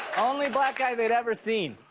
only black guy they had ever seen.